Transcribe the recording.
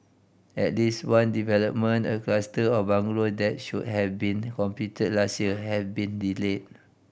at least one development a cluster of bungalow that should have been completed last year have been delayed